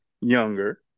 younger